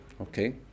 Okay